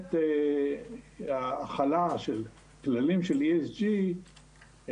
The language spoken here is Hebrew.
באמת ההחלה של כללים של ESG,